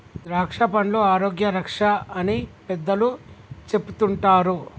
ద్రాక్షపండ్లు ఆరోగ్య రక్ష అని పెద్దలు చెపుతుంటారు